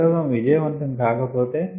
ప్రయోగం విజయవంతం కాక పోతే